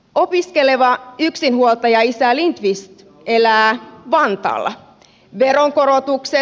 opiskeleva yksinhuoltajaisä lindqvist elää vantaalla